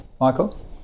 Michael